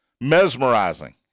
mesmerizing